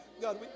God